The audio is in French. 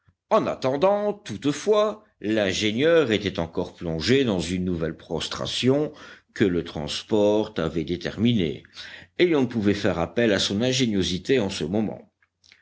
en attendant toutefois l'ingénieur était encore plongé dans une nouvelle prostration que le transport avait déterminée et on ne pouvait faire appel à son ingéniosité en ce moment